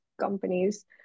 companies